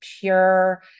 pure